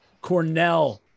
Cornell